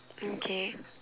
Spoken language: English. okay